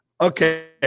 Okay